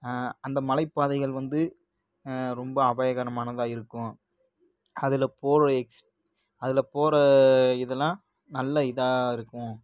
அந்த மலைப் பாதைகள் வந்து ரொம்ப அபாயகரமானதாக இருக்கும் அதில் போகிற எக்ஸ் அதில் போகிற இதெலாம் நல்ல இதாக இருக்கும்